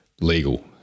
legal